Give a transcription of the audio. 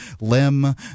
limb